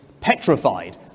petrified